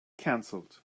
cancelled